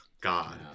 God